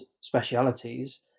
specialities